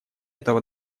этого